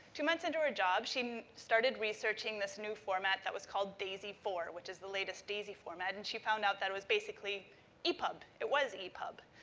two months into her job, she started researching this new format that was called daisy four, which is the latest daisy format. and she found out that it was basically epub. it was epub.